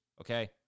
okay